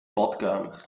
badkamer